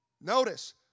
Notice